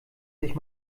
sich